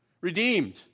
redeemed